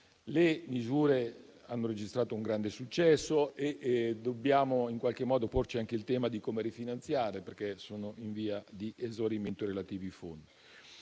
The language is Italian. misure hanno registrato un grande successo e dobbiamo porci anche il tema di come rifinanziarle, perché sono in via di esaurimento i relativi fondi.